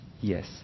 Yes